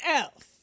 else